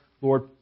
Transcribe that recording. Lord